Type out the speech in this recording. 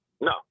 No